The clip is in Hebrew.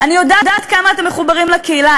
אני יודעת כמה אתם מחוברים לקהילה,